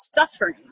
suffering